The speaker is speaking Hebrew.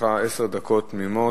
לרשותך עשר דקות תמימות.